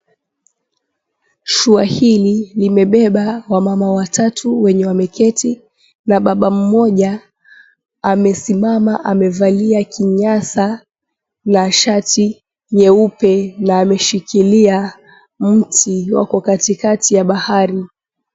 Shua hili limebeba wamama watatu wenye wameketi na baba mmoja amesimama amevalia kinyasa na shati nyeupe, na ameshikilia mti, wako katikati ya bahari.